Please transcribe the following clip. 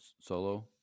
Solo